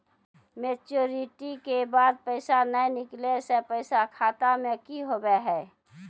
Maturity के बाद पैसा नए निकले से पैसा खाता मे की होव हाय?